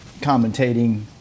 commentating